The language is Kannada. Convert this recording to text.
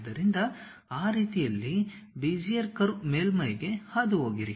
ಆದ್ದರಿಂದ ಆ ರೀತಿಯಲ್ಲಿ ಬೆಜಿಯರ್ ಕರ್ವ್ ಮೇಲ್ಮೈಗೆ ಹಾದುಹೋಗಿರಿ